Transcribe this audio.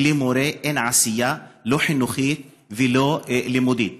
בלי מורה אין עשייה, לא חינוכית ולא לימודית.